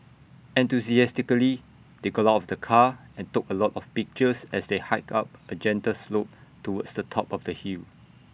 enthusiastically they got out of the car and took A lot of pictures as they hiked up A gentle slope towards the top of the hill